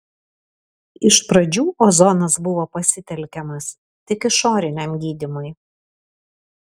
iš pradžių ozonas buvo pasitelkiamas tik išoriniam gydymui